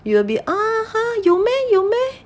you will be ah !huh! 有 meh 有 meh